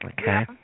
Okay